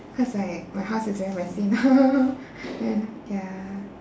cause like my house is very messy ya